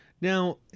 Now